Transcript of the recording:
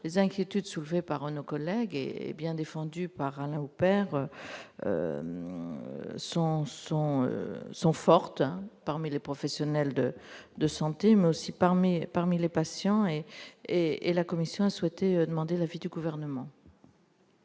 les inquiétudes soulevées par nos collègues bien défendu par Alain Houpert sont sont sont fortes parmi les professionnels de de santé mais aussi parmi parmi les patients et et et la Commission a souhaité demander l'avis du gouvernement.